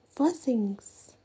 Blessings